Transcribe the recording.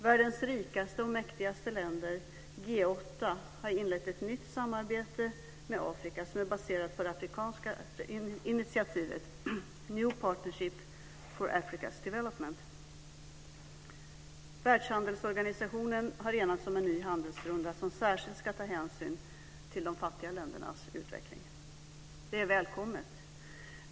Världens rikaste och mäktigaste länder, G8, har inlett ett nytt samarbete med Afrika som är baserat på det afrikanska initiativet New Partnership for Africa's Development. Världshandelsorganisationen har enats om en ny handelsrunda som särskilt ska ta hänsyn till de fattiga ländernas utveckling. Det är välkommet.